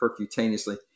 percutaneously